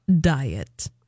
diet